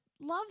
Loves